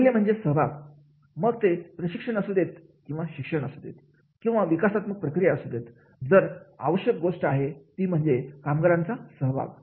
पहिले म्हणजे सहभाग मग ते प्रशिक्षण असू देत किंवा शिक्षण असू देत किंवा विकासात्मक प्रक्रिया असू देत जर आवश्यक गोष्ट आहे ती म्हणजे कामगारांचा सहभाग